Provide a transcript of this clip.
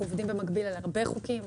אנחנו עובדים במקביל על הרבה חוקים,